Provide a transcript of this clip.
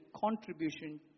contribution